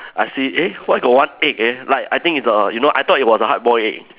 I see eh why got one egg eh like I think it's the you know I thought it was a hard boiled egg